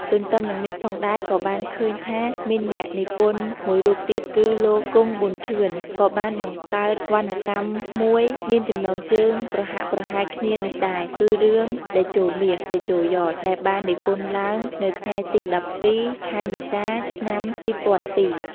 ទន្ទឹមនឹងនេះផងដែរ ក៏បានឃើញថាមានអ្នកនិពន្ធមួយរូបទៀតគឺ លោក គង្គ ប៊ុនឈឿន ក៏បានបង្កើតវណ្ណកម្មមួយមានចំណងជើងប្រហាក់ប្រហែលគ្នានេះដែរ គឺរឿង “តេជោមាស តេជោយ៉ត” ដែលបាននិពន្ធឡើងនៅថ្ងៃទី១២ ខែមេសា ឆ្នាំ២០០២។